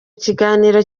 kiganiro